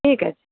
ঠিক আছে